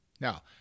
Now